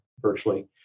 virtually